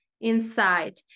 inside